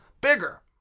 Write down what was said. bigger